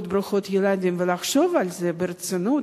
ברוכות ילדים ולחשוב על זה ברצינות,